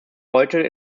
heute